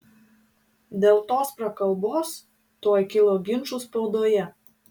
dėl tos prakalbos tuoj kilo ginčų spaudoje